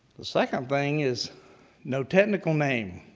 the second thing is no technical name.